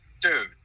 dude